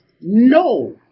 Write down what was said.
no